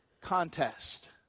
contest